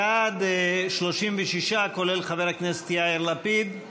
בעד, 36, כולל חבר הכנסת לפיד,